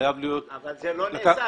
חייב להיות --- זה לא נעשה,